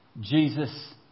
Jesus